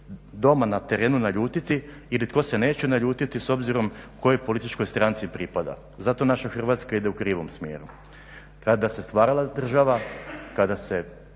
doma na terenu naljutiti ili tko se neće naljutiti s obzirom kojoj političkoj stranci pripada, zato naša Hrvatska ide u krivom smjeru. Kada se stvarala država, kada se